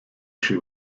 she